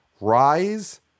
rise